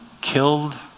killed